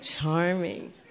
charming